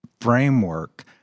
framework